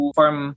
form